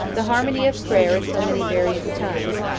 the harmony of prayer in so many various tongues,